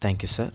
thank you sir